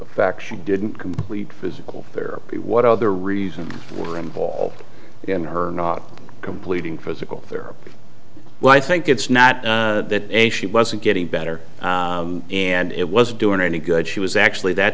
action didn't complete physical therapy what other reasons were involved in her not completing physical therapy well i think it's not that a she wasn't getting better and it wasn't doing any good she was actually that